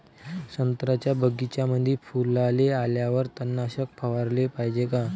संत्र्याच्या बगीच्यामंदी फुलाले आल्यावर तननाशक फवाराले पायजे का?